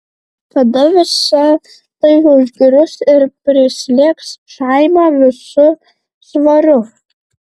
kada visa tai užgrius ir prislėgs chaimą visu svoriu